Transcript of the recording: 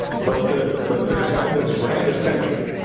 but to but to have this grand adventure